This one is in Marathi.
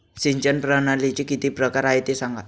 सिंचन प्रणालीचे किती प्रकार आहे ते सांगा